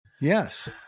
Yes